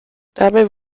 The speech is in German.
dabei